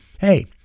Hey